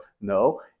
No